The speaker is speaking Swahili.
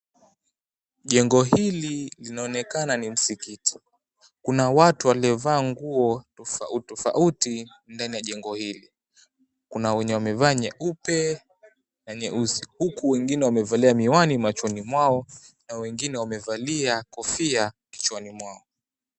Jengo hili linaonekana ni mskiti, kuna watu waliovaa nguo tofauti tofauti ndani ya jengo hili, kuna wenye wamevaa nyeupe na nyeusi, huku wengine wamevalia miwani machoni mwao, na wengine wamevalia kofia kichwani mwao.